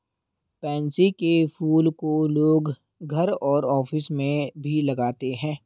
pansy के फूल को लोग घर और ऑफिस में भी लगाते है